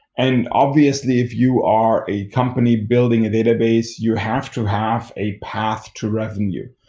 and obviously, if you are a company building a database, you have to have a path to revenue.